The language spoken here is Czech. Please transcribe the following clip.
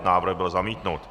Návrh byl zamítnut.